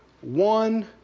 one